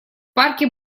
парке